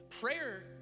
Prayer